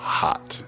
hot